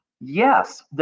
yes